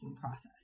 process